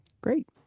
Great